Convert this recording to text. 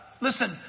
Listen